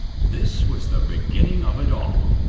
this was the beginning of it all.